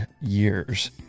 years